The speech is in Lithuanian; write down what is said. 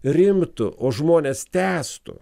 rimtų o žmonės tęstų